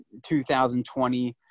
2020